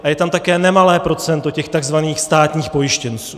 A je tam také nemalé procento těch takzvaných státních pojištěnců.